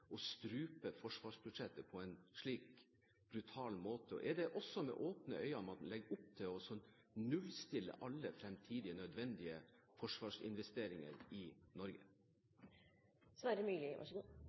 å strupe forsvarsbudsjettet på en slik brutal måte? Er det også med åpne øyne man legger opp til å nullstille alle fremtidige nødvendige forsvarsinvesteringer i